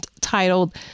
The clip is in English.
titled